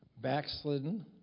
backslidden